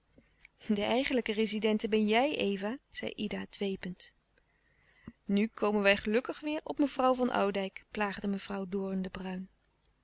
de eigenlijke rezidente ben jij eva zei ida dwepend nu komen wij gelukkig weêr op mevrouw van oudijck plaagde mevrouw doorn de bruijn